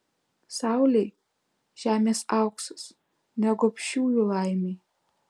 saulei žemės auksas ne gobšiųjų laimei